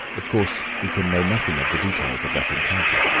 of course we can know nothing of the details of that encounter.